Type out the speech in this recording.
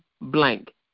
blank